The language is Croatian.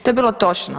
To je bilo točno.